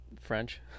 French